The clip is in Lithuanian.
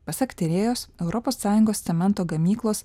pasak tyrėjos europos sąjungos cemento gamyklos